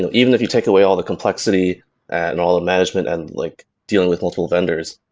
and even if you take away all the complexity and all the management and like dealing with multiple vendors,